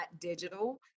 digital